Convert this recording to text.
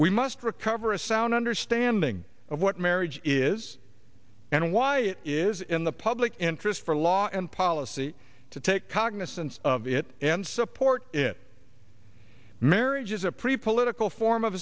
we must recover a sound understanding of what marriage is and why it is in the public interest for law and policy to take cognisance of it and support it marriage is a pre political form of